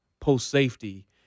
post-safety